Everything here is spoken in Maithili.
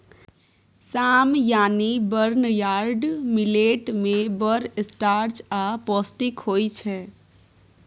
साम यानी बर्नयार्ड मिलेट मे बड़ स्टार्च आ पौष्टिक होइ छै